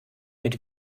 mit